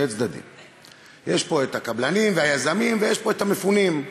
יש פה קבלנים ויזמים ויש פה מפונים,